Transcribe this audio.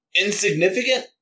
insignificant